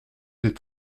des